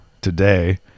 today